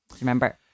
remember